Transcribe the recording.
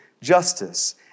justice